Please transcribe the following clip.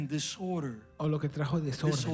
disorder